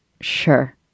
Sure